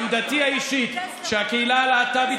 עמדתי האישית היא שהקהילה הלהט"בית